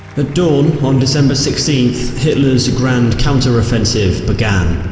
ah dawn on december sixteenth hitler's grand counter-offensive began.